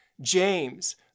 James